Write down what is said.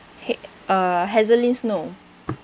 ha~ uh Hazeline Snow